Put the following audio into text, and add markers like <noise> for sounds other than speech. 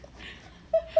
<laughs>